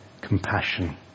compassion